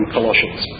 Colossians